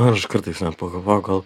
aš kartais pagalvoju gal